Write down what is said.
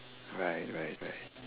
right right right